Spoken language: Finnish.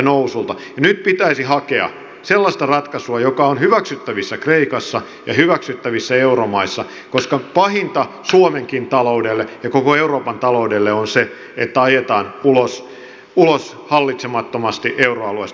ja nyt pitäisi hakea sellaista ratkaisua joka on hyväksyttävissä kreikassa ja hyväksyttävissä euromaissa koska pahinta suomenkin taloudelle ja koko euroopan taloudelle on se että ajetaan ulos hallitsemattomasti euroalueesta